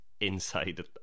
inside